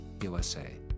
USA